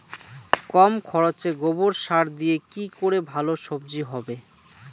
কম খরচে গোবর সার দিয়ে কি করে ভালো সবজি হবে?